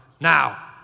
now